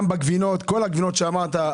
כל הגבינות שאמרת,